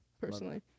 personally